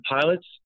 pilots